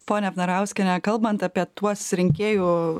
pone vnarauskiene kalbant apie tuos rinkėjų